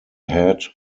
had